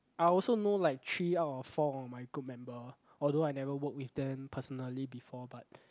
I also know like three out of four of my group member although I never work with them personally before but